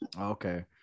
Okay